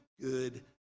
good